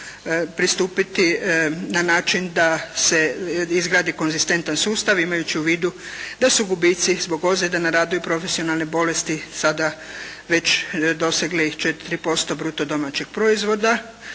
pristupiti na način da se izgradi konzistentan sustav imajući u vidu da su gubitak zbog ozljeda na radu i profesionalne bolesti sada već dosegli 4% bruto-domaćeg proizvoda,